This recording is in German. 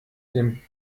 den